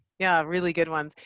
yeah, really good ones!